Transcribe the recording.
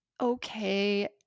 okay